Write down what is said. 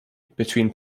between